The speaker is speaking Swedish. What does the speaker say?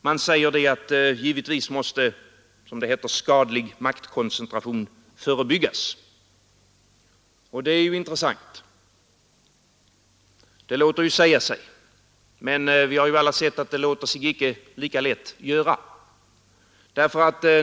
Man säger: ”Självfallet måste dock skadlig ekonomisk maktkoncentration förebyggas.” Det är intressant. Det låter säga sig, men vi har alla sett att det låter sig icke lika lätt göra.